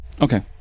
okay